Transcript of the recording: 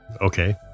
Okay